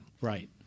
Right